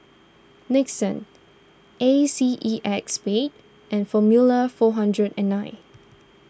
Nixon A C E X Spade and formula four hundred and nine